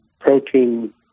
protein